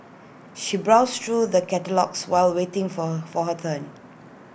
she browsed through the catalogues while waiting for for her turn